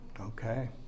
Okay